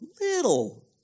little